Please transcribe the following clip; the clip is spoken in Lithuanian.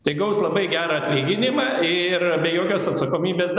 tai gaus labai gerą atlyginimą ir be jokios atsakomybės